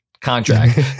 contract